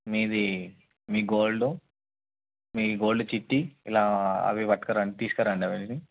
మీది మీ గోల్డు మీ గోల్డ్ చీట్టీ ఇలా అవి వటుకు రండి తీసుకరండి అవన్నీ